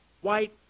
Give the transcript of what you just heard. white